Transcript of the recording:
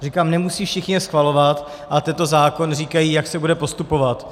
Říkám, nemusí je všichni schvalovat, ale tento zákon říká, jak se bude postupovat.